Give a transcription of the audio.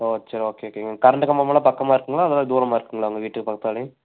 ஓ சரி ஓகே ஓகேங்க கரண்ட்டு கம்பம் எல்லா பக்கமாக இருக்குங்களா இல்லை தூரமாக இருக்குங்களா உங்கள் வீட்டுக்கு பக்தால